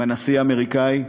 עם הנשיא האמריקני.